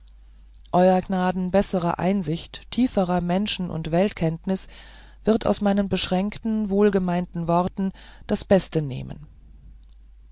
euer gnaden bessere einsicht tiefere menschen und weltkenntnis wird aus meinen beschränkten wohlgemeinten worten das beste nehmen